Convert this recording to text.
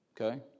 Okay